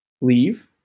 leave